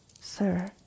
Sir